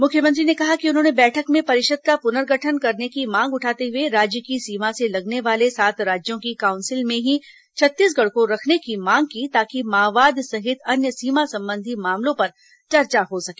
मुख्यमंत्री ने कहा कि उन्होंने बैठक में परिषद का पुनर्गठन करने की मांग उठाते हुए राज्य की सीमा से लगने वाले सात राज्यों की काउंसिल में ही छत्तीसगढ़ को रखने की मांग की ताकि माओवाद सहित अन्य सीमा संबंधी मामलों पर चर्चा हो सके